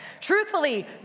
truthfully